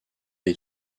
est